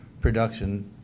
production